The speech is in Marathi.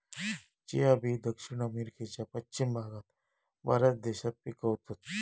चिया बी दक्षिण अमेरिकेच्या पश्चिम भागात बऱ्याच देशात पिकवतत